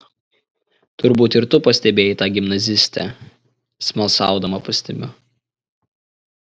turbūt ir tu pastebėjai tą gimnazistę smalsaudama pastebiu